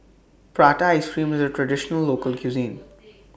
Prata Ice Cream IS A Traditional Local Cuisine